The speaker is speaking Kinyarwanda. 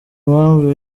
impamvu